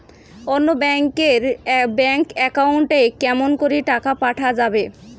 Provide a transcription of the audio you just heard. অন্য ব্যাংক এর bank account এ কেমন করে টাকা পাঠা যাবে?